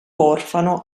orfano